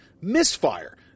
misfire